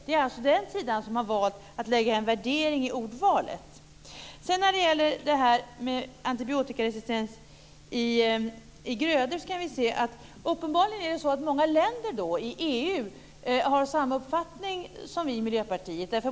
Det är alltså den sidan som har valt att lägga en värdering i ordvalet. När det sedan gäller detta med antibiotikaresistens i grödor är det uppenbarligen så att många länder i EU har samma uppfattning som vi i Miljöpartiet.